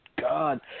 God